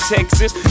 Texas